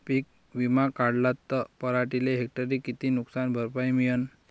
पीक विमा काढला त पराटीले हेक्टरी किती नुकसान भरपाई मिळीनं?